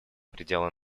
пределы